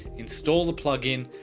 install the plugin,